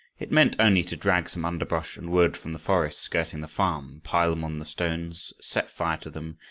it meant only to drag some underbrush and wood from the forest skirting the farm, pile them on the stones, set fire to them,